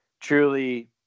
Truly